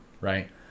right